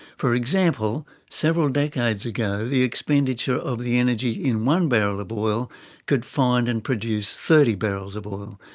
for example, several decades ago the expenditure of the energy in one barrel of oil could find and produce thirty barrels of oil,